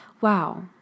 wow